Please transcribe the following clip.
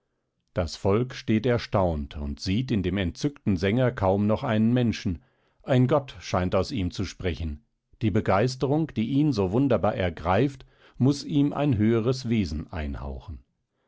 das volk steht erstaunt und sieht in dem entzückten sänger kaum noch einen menschen ein gott scheint aus ihm zu sprechen die begeisterung die ihn so wunderbar ergreift muß ihm ein höheres wesen einhauchen